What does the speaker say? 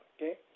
Okay